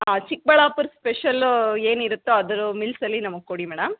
ಹಾಂ ಚಿಕ್ಕಬಳ್ಳಾಪುರ್ ಸ್ಪೆಷಲ್ಲೂ ಏನಿರುತ್ತೊ ಅದ್ರ ಮಿಲ್ಸಲ್ಲಿ ನಮಗೆ ಕೊಡಿ ಮೇಡಮ್